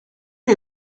les